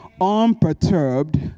unperturbed